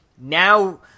now